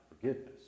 forgiveness